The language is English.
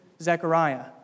Zechariah